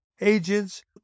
agents